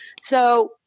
So-